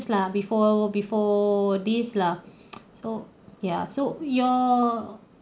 this lah before before this lah so ya so your